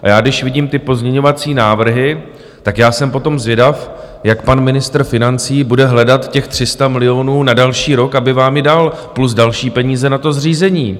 A já když vidím ty pozměňovací návrhy, tak jsem potom zvědav, jak pan ministr financí bude hledat těch 300 milionů na další rok, aby vám je dal, plus další peníze na to zřízení.